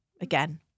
again